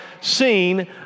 seen